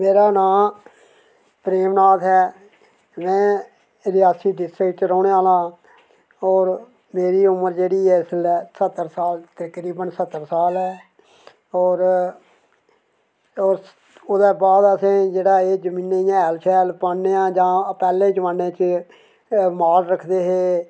मेरा नांऽ प्रेमनाथ ऐ ते में रियासी डिस्ट्रिक्ट च रौह्ने आह्ला होर मेरी उमर जेह्ड़ी ऐ इसलै स्हत्तर साल ते तकरीबन स्हत्तर साल ऐ होर ओह्दे बाद अस जेह्ड़ा एह् जमीनें ई हैल पान्ने आं जां पैह्ले जमानै च एह् माल रखदे हे